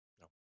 no